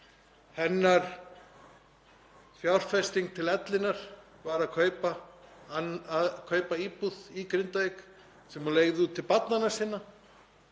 hennar fjárfesting til ellinnar var að kaupa íbúð í Grindavík sem hún leigði út til barnanna sinna.